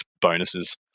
bonuses